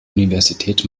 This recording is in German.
universität